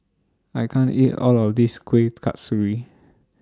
I can't eat All of This Kueh Kasturi